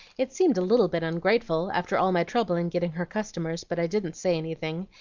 it seemed a little bit ungrateful after all my trouble in getting her customers, but i didn't say anything,